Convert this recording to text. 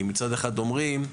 כי מצד אחד אומרים: